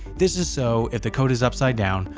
this is so, if the code is upside down,